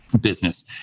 Business